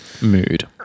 mood